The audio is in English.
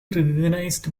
recognized